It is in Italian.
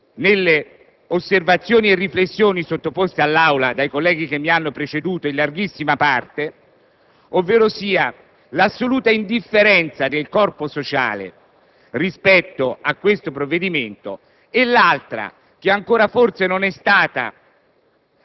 nelle osservazioni e riflessioni sottoposte all'Assemblea dai colleghi che mi hanno preceduto, ovverosia l'assoluta indifferenza del corpo sociale rispetto a questo provvedimento; l'altra, che ancora forse non è stata